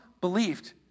believed